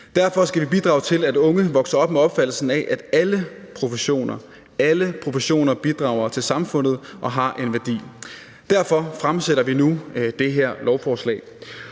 Derfor skal vi bidrage til, at unge vokser op med opfattelsen af, at alle professioner – alle professioner – bidrager til samfundet og har en værdi. Derfor fremsætter vi nu det her lovforslag.